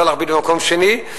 צריך להכביד במקום שני,